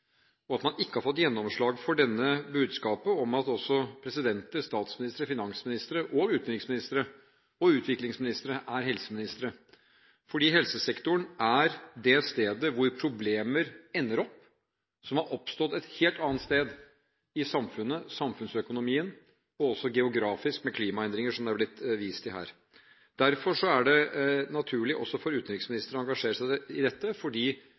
og at man ikke har fått gjennomslag for budskapet om at også presidenter, statsministre, finansministre, utenriksministre og utviklingsministre er helseministre. Helsesektoren er det stedet hvor problemer som har oppstått et helt annet sted i samfunnet, samfunnsøkonomien og også geografisk, med klimaendringer, som det har blitt vist til her, ender opp. Derfor er det naturlig også for utenriksministeren å engasjere seg i dette, fordi